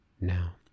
Now